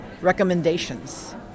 recommendations